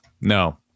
No